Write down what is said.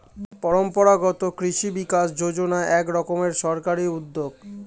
পরম্পরাগত কৃষি বিকাশ যোজনা এক রকমের সরকারি উদ্যোগ